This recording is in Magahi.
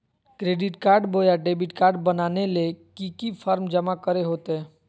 क्रेडिट कार्ड बोया डेबिट कॉर्ड बनाने ले की की फॉर्म जमा करे होते?